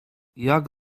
jak